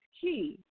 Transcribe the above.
key